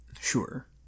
sure